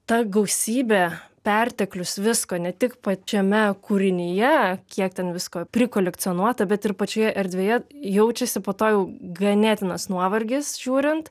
ta gausybė perteklius visko ne tik pačiame kūrinyje kiek ten visko prikolekcionuota bet ir pačioje erdvėje jaučiasi po to jau ganėtinas nuovargis žiūrint